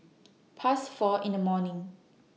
Past four in The morning